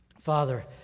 Father